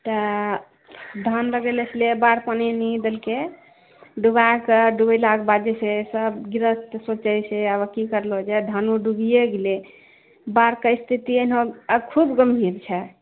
तऽ धान लगेने छलै बाढ़ पानि डुबा कऽ डूबेला कऽ बाद जे छै सब गृहस्थ सोचै छै आब की करलो जाए धानो डूबिये गेलै बाढ़के स्थिति एनहो खूब गंभीर छै